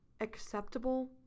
acceptable